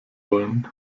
wollen